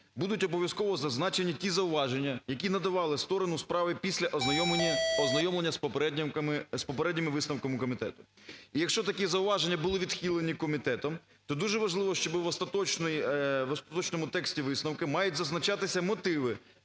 будуть обов'язково зазначені ті зауваження, які надавали сторону справи після ознайомлення з попередніми висновками комітету. І якщо такі зауваження були відхилені комітетом, то дуже важливо, щоб в остаточному тексті висновку мають зазначатися мотиви